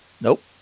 Nope